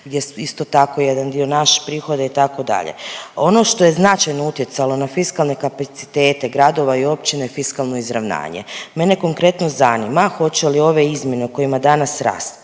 gdje je isto tako jedan dio naš prihoda itd. Ono što je značajno utjecalo na fiskalne kapacitete gradova i općina je fiskalno izravnanje. Mene konkretno zanima hoće li ove izmjene o kojima danas